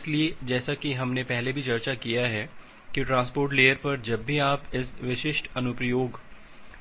इसलिए जैसा कि हमने पहले भी चर्चा किया है कि ट्रांसपोर्ट लेयर पर जब भी आप इसे विशिष्ट अनुप्रयोग